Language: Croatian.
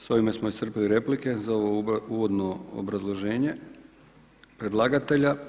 S ovime smo iscrpili replike za uvodno obrazloženje predlagatelja.